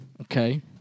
Okay